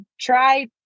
try